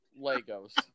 Legos